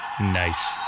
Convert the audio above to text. Nice